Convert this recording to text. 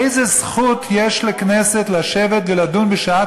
איזו זכות יש לכנסת לשבת ולדון בשעת